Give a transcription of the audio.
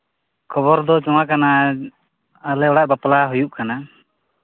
ᱠᱷᱚᱵᱚᱨ ᱫᱚ ᱱᱚᱣᱟ ᱠᱟᱱᱟ ᱟᱞᱮ ᱚᱲᱟᱜ ᱨᱮ ᱵᱟᱯᱞᱟ ᱦᱩᱭᱩᱜ ᱠᱟᱱᱟ